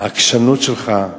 העקשנות שלך,